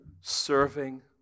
serving